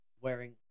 wearing